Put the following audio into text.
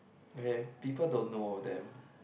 where people don't know them